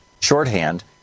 shorthand